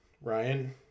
ryan